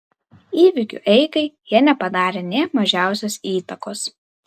įvykių eigai jie nepadarė nė mažiausios įtakos